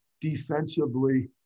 defensively